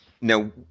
Now